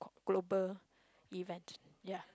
global event ya